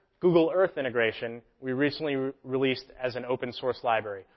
google earth integration, we recently released as an open source library.